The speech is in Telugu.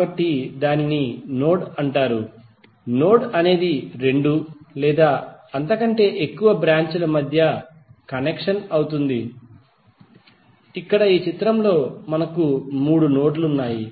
కాబట్టి నోడ్ రెండు లేదా అంతకంటే ఎక్కువ బ్రాంచ్ ల మధ్య కనెక్షన్ అవుతుంది ఇక్కడ ఈ చిత్రంలో మనకు మూడు నోడ్లు ఉన్నాయి